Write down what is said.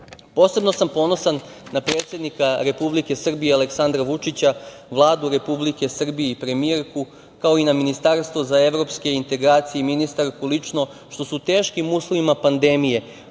sam ponosan na predsednika Republike Srbije Aleksandra Vučića, Vladu Republike Srbije i premijerku, kao i na Ministarstvo za evropske integracije i ministarku lično što su u teškim uslovima pandemije